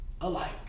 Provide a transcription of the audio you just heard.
Alike